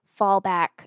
fallback